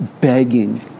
Begging